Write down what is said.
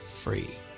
free